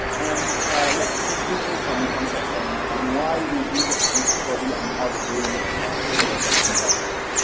and let me give you some context on on why we did this study on off-grid photovoltaic in particular.